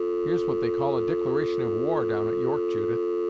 here's what they call a dicliration of war, down at york, judith.